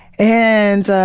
and, ah,